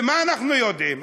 ומה אנחנו יודעים?